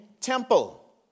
temple